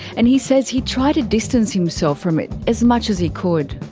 and he says he tried to distance himself from it as much as he could.